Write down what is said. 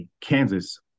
Kansas